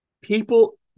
People